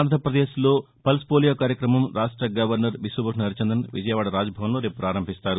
ఆంధ్రప్రదేశ్లో pulse polio కార్యక్రమం రాష్ట్ర గవర్నర్ బిశ్వభూషణ్ హరిచందన్ విజయవాడ రాజ్భవన్లో రేపు పారంభిస్తారు